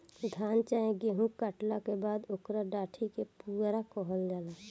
धान चाहे गेहू काटला के बाद ओकरा डाटी के पुआरा कहल जाला